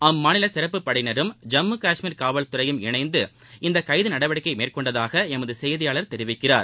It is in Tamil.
அம்மாநில சிறப்பு படையினரும் ஜம்மு கஷ்மீர் காவல்துறையும் இணைந்து இந்த கைது நடவடிக்கையை மேற்கொண்டதாக எமது செய்தியாளர் தெரிவிக்கிறார்